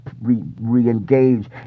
re-engage